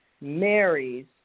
marries